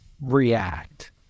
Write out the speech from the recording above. react